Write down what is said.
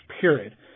period